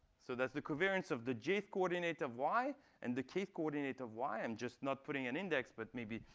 so that's the covariance of the j-th coordinate of y and the k-th coordinate of y. i'm just not putting an index. but maybe,